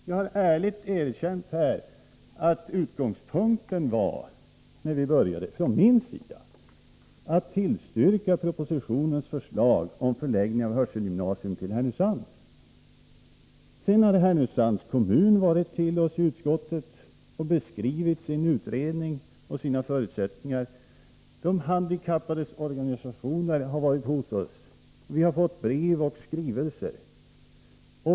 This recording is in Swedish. Jag har ärligt erkänt här att utgångspunkten från min sida, när vi började behandlingen av detta ärende, var att tillstyrka propositionens förslag om förläggning av ett hörselgymnasium till Härnösand. Sedan har företrädare för Härnösands kommun varit hos oss i utskottet och beskrivit sin utredning och sina förutsättningar, och de handikappades organisationer har varit hos oss. Vi har fått brev och skrivelser.